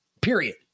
period